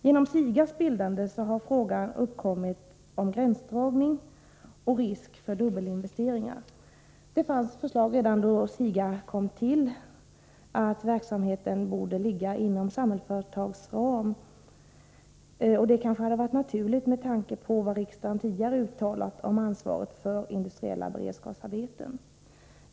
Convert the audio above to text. Genom SIGA:s bildande har frågan om gränsdragning och risk för dubbelinvesteringar uppkommit. Det fanns förslag redan då SIGA kom till om att verksamheten skulle ligga inom Samhällsföretags ram. Det hade kanske varit naturligt med tanke på vad riksdagen tidigare hade uttalat om ansvaret för industriella beredskapsarbeten.